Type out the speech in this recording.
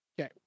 Okay